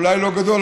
אולי לא גדול,